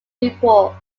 newport